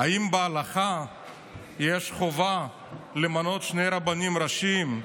אם בהלכה יש חובה למנות שני רבנים ראשיים.